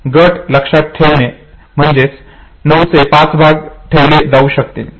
गट लक्षात ठेवूया म्हणजेच 9 चे 5 भाग ठेवले जाऊ शकतील